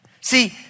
See